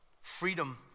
Freedom